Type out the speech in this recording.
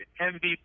MVP